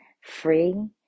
free